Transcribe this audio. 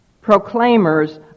proclaimers